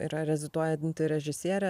yra reziduojanti režisierė